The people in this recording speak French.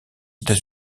états